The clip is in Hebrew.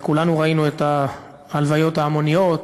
כולנו ראינו את ההלוויות ההמוניות,